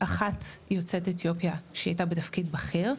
אחת יוצאת אתיופיה שהייתה בתפקיד בכיר,